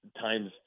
times